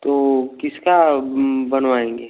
तो किसका बनवाएंगे